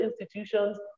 institutions